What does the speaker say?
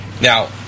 Now